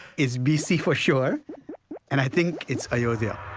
it's b c. for sure and i think it's ayodhya,